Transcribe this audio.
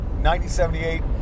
1978